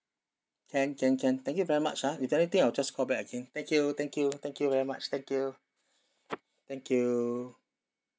can can can thank you very much ah if there's anything I'll just call back again thank you thank you thank you very much thank you thank you